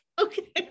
okay